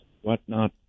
whatnot